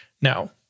Now